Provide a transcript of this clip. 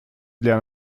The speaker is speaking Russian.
для